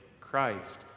Christ